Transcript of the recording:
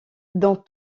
dans